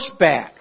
pushback